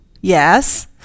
Yes